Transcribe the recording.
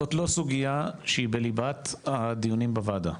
זו לא סוגיה שהיא בליבת הדיונים בוועדה,